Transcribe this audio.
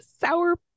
Sour